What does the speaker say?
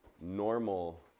normal